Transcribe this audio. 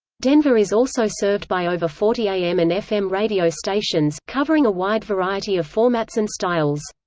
denver is also served by over forty am and fm radio stations, covering a wide variety of formats and styles.